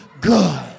good